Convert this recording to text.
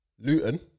Luton